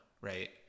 right